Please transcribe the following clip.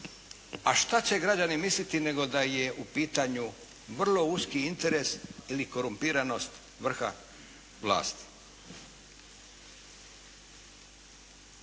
a šta će građani misliti nego da je u pitanju vrlo uski interes ili korumpiranost vrha vlasti.